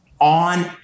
on